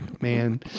man